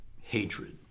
hatred